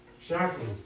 shackles